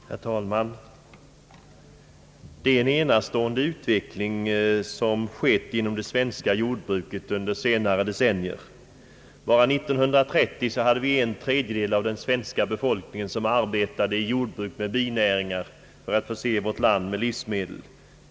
Herr talman! Det är en enastående utveckling som under senare decennier har ägt rum inom det svenska jordbruket. Så sent som på 1930-talet arbetade en tredjedel av Sveriges befolkning i jordbruk med binäringar för att förse vårt land med livsmedel.